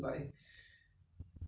market [one] is very fresh